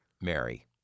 Mary